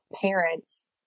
parents